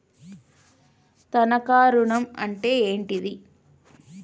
తనఖా ఋణం అంటే ఏంటిది?